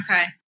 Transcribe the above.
Okay